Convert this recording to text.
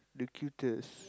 the cutest